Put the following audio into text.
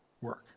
work